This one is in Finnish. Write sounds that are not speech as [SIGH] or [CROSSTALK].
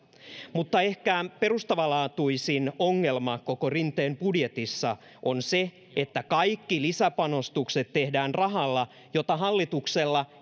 mutta ehkä perustavalaatuisin ongelma koko rinteen budjetissa on se että kaikki lisäpanostukset tehdään rahalla jota hallituksella [UNINTELLIGIBLE]